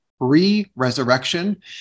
pre-resurrection